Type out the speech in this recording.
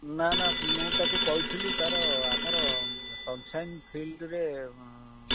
ନାଁ ନାଁ ମୁଁ ତାକୁ କହିଥିଲି ତାର ଆମର ସନସାଇନ୍ ଫିଲଡ଼ରେ